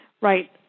Right